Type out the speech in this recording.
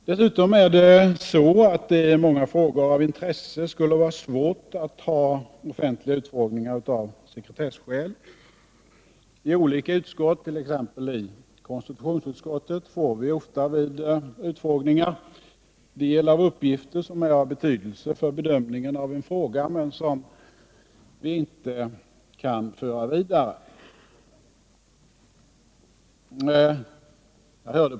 Dessutom är det så att det av sekretesskäl skulle vara svårt att ha offentliga utfrågningar i många frågor av intresse. T. ex. i konstitutionsutskottet får vi ofta vid utfrågningar del av uppgifter som är av betydelse för bedömningen av en fråga men som vi inte får föra vidare.